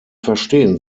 verstehen